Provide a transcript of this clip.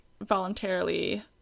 voluntarily